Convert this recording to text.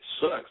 sucks